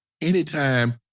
Anytime